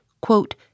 quote